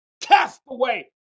Castaway